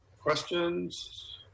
questions